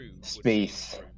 space